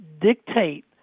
dictate